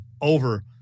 over